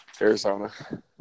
Arizona